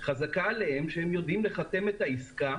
חזקה עליהם שהם יודעים לחתום את העסקה